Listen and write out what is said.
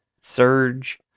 surge